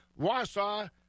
Wausau